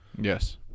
Yes